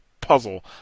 puzzle